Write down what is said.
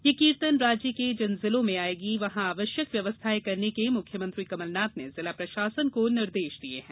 यह कीर्तन राज्य के जिन जिलों में आयेगी वहां आवश्यक व्यवस्थाये करने के मुख्यमंत्री कमलनाथ ने जिला प्रशासन को निर्देश दिये हैं